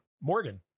morgan